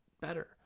better